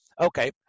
Okay